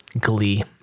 glee